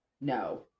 no